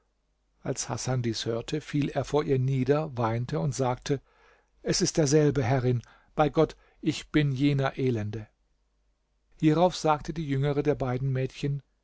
als hasan dies hörte fiel er vor ihr nieder weinte und sagte es ist derselbe herrin bei gott ich bin jener elende hierauf sagte die jüngere der beiden mädchen